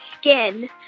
skin